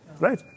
right